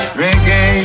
reggae